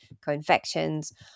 co-infections